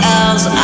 else